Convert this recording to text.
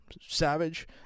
Savage